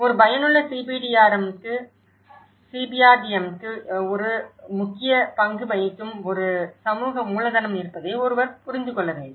ஒரு பயனுள்ள CBRDMக்கு ஒரு முக்கிய பங்கு வகிக்கும் ஒரு சமூக மூலதனம் இருப்பதை ஒருவர் புரிந்து கொள்ள வேண்டும்